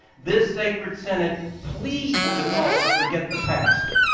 this sacred synod pleads with all to forget the past,